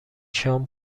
شام